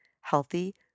healthy